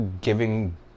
giving